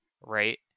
right